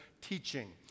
teaching